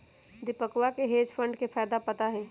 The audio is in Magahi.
दीपकवा के हेज फंड के फायदा पता हई